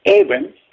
Abram